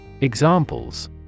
Examples